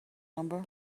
number